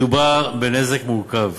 מדובר בנזק מורכב.